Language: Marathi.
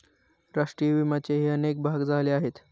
राष्ट्रीय विम्याचेही अनेक भाग झाले आहेत